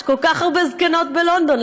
יש כל כך הרבה זקנות בלונדון,